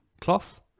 cloth